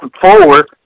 forward